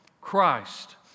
Christ